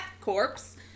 corpse